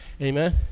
Amen